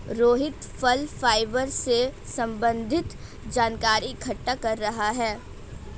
रोहित फल फाइबर से संबन्धित जानकारी इकट्ठा कर रहा है